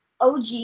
OG